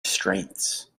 strengths